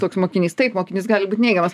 toks mokinys taip mokinys gali būt neigiamas